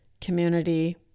community